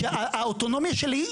כשהאוטונומיה שלי,